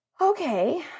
okay